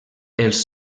els